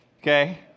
Okay